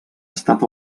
estat